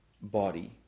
body